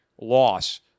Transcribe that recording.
loss